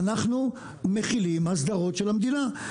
אנחנו מחילים הסדרות של המדינה.